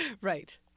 Right